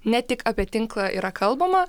ne tik apie tinklą yra kalbama